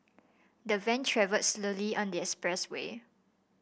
the van travelled slowly on the expressway